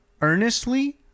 earnestly